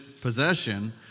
possession